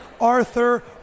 Arthur